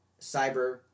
Cyber